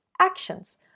actions